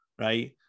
right